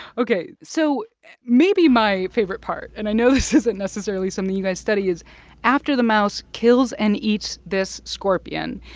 ok, so maybe my favorite part and i know this isn't necessarily something you guys study is after the mouse kills and eats this scorpion,